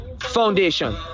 Foundation